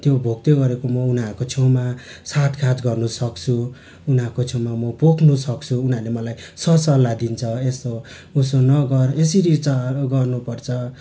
त्यो भोग्दैगरेको म उनीहरूको छेउमा साँठगाँठ गर्नसक्छु उनीहरूको छेउमा म पोख्नसक्छु उनीहरूले मलाई सरसल्लाह दिन्छ यसो उसो नगर यसरी चलाऊ गर्नुपर्छ